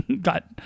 got